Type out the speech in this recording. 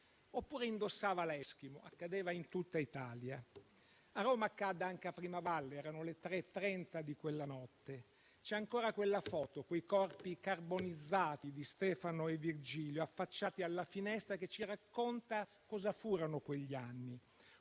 oppure indossava l'eskimo. Accadeva in tutta Italia. A Roma accadde anche a Primavalle: erano le ore 3,30, quella notte. C'è ancora la foto dei corpi carbonizzati di Stefano e Virgilio affacciati alla finestra a raccontarci cosa furono quegli anni.